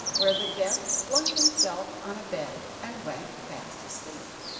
where the guest flung himself on a bed, and went fast asleep.